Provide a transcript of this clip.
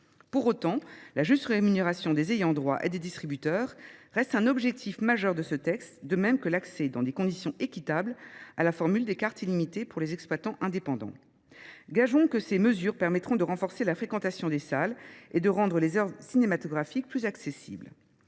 Pour autant, la juste rémunération des ayants droit et des distributeurs reste un objectif majeur de ce texte, de même que l’accès dans des conditions équitables à la formule des cartes illimitées pour les exploitants indépendants. Gageons que ces mesures permettront de renforcer la fréquentation des salles et de rendre les œuvres cinématographiques plus accessibles.